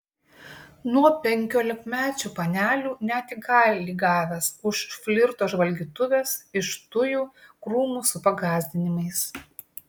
nuo penkiolikmečių panelių net į kailį gavęs už flirto žvalgytuves iš tujų krūmų su pagąsdinimais